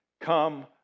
Come